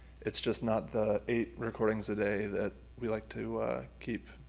it's just not the eight recordings a day that we like to keep